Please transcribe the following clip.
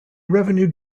revenue